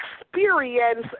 experience